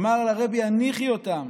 אמר לה רבי: הניחי אותם,